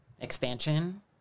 expansion